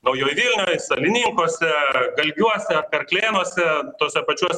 naujoj vilnioj salininkuose galgiuose karklėnuose tuose pačiuose